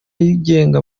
yigenga